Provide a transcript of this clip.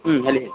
ಹ್ಞೂ ಹೇಳಿ